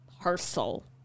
Parcel